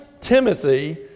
Timothy